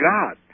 God